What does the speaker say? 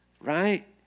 right